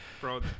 Bro